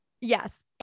Yes